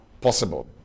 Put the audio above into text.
possible